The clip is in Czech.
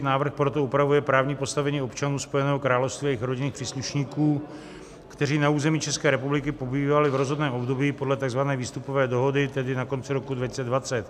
Návrh proto upravuje právní postavení občanů Spojeného království a jejich rodinných příslušníků, kteří na území České republiky pobývali v rozhodném období podle takzvané výstupové dohody, tedy na konci roku 2020.